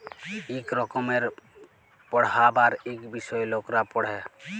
ইক রকমের পড়্হাবার ইক বিষয় লকরা পড়হে